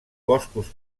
boscos